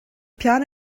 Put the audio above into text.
peann